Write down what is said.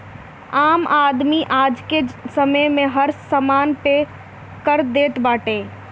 आम आदमी आजके समय में हर समान पे कर देत बाटे